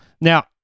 now